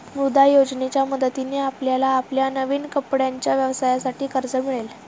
मुद्रा योजनेच्या मदतीने आपल्याला आपल्या नवीन कपड्यांच्या व्यवसायासाठी कर्ज मिळेल